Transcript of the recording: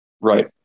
Right